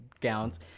gowns